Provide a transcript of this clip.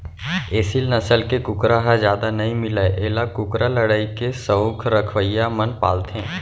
एसील नसल के कुकरा ह जादा नइ मिलय एला कुकरा लड़ई के सउख रखवइया मन पालथें